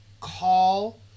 call